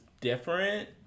different